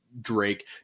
Drake